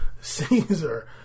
Caesar